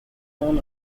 known